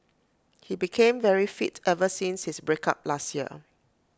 he became very fit ever since his break up last year